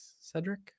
cedric